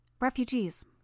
Refugees